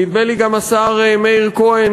נדמה לי גם השר מאיר כהן,